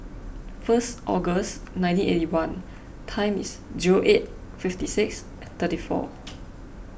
first August nineteen eighty one time is zero eight fifty six thirty four